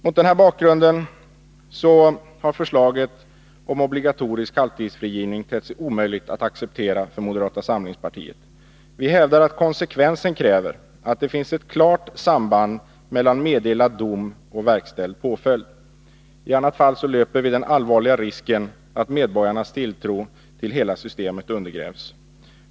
Mot den här bakgrunden har förslaget om obligatorisk halvtidsfrigivning tett sig omöjligt att acceptera för moderata samlingspartiet. Vi hävdar att konsekvensen kräver att det finns ett klart samband mellan meddelad dom och verkställd påföljd. I annat fall löper vi den allvarliga risken att medborgarnas tilltro till hela systemet undergrävs.